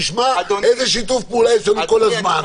תשמע איזה שיתוף פעולה יש לנו כל הזמן,